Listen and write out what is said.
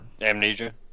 Amnesia